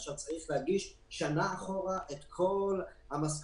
עכשיו צריך להגיש שנה אחורה את כל המשכורות,